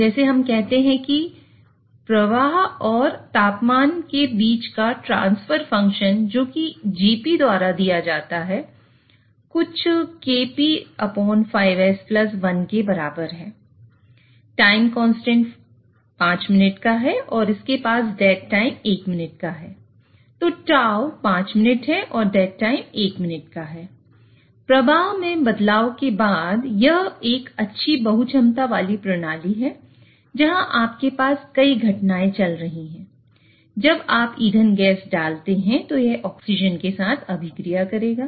जैसे हम कहते हैं कि प्रभाव और तापमान के बीच का ट्रांसफर फंक्शन जोकि Gp द्वारा दिया जाता है कुछ Kp है जहां आपके पास कई घटनाएं चल रही हैं जब आप ईंधन गैस डालते हैं तो यह ऑक्सीजन के साथ अभिक्रिया करेगा